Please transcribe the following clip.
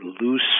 loose